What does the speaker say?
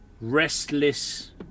restless